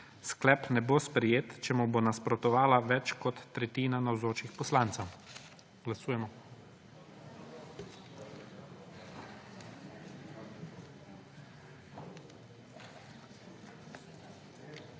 Sklep ne bo sprejet, če mu bo nasprotovala več kot tretjina navzočih poslancev. Glasujemo.